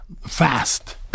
fast